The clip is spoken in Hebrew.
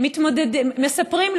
מספרים?